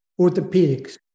orthopedics